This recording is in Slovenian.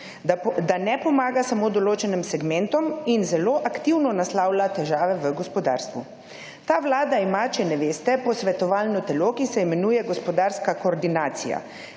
da ne pomaga samo določenim segmentom in zelo aktivno naslavlja težave v gospodarstvu. Ta Vlada ima, če ne veste, posvetovalno telo, ki se imenuje gospodarska koordinacija.